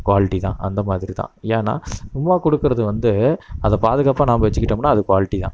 குவாலிட்டிதான் அந்த மாதிரிதான் ஏனால் சும்மா கொடுக்கிறது வந்து அதைப் பாதுகாப்பாக நாம் வச்சுக்கிட்டம்னா அது குவாலிட்டிதான்